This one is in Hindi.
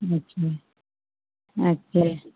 अच्छा अच्छा